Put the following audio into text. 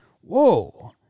whoa